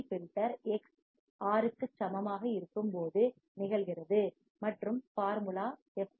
C filter X R க்கு சமமாக இருக்கும்போது நிகழ்கிறது மற்றும் ஃபார்முலா எஃப்